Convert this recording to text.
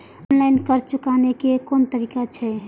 Online कर्ज चुकाने के कोन तरीका छै?